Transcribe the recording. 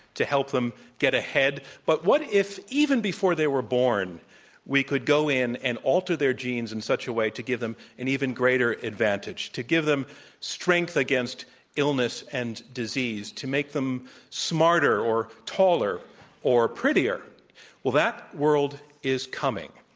to help them get ahead. but what if even before they were born we could go in and alter their genes in such a way to give them an even greater advantage, to give them strength against illness and disease, to make them smarter or taller or prettier that world is coming.